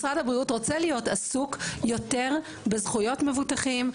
משרד הבריאות רוצה להיות עסוק יותר בזכויות מבוטחים,